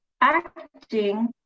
acting